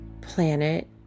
planet